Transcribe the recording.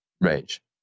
range